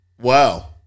Wow